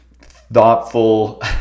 thoughtful